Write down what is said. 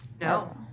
no